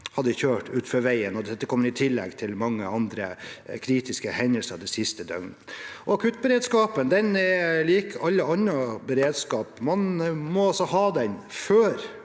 hadde kjørt utfor veien, og dette kom i tillegg til mange andre kritiske hendelser det siste døgnet. Akuttberedskapen er lik all annen beredskap, man må ha den før